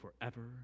forever